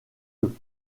eux